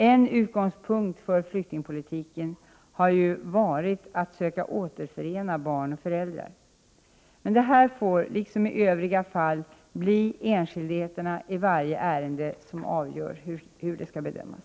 En utgångspunkt för flyktingpolitiken har ju varit att söka återförena barn och föräldrar. Det får här liksom i övriga fall bli enskildheterna i varje ärende som avgör hur det skall bedömas.